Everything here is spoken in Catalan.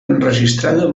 enregistrada